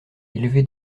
élevé